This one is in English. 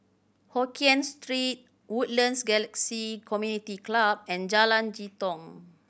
Hokien Street Woodlands Galaxy Community Club and Jalan Jitong